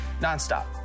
nonstop